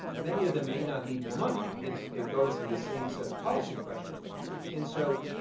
many of them may not need the money, it's it goes to the same set of policy questions and so,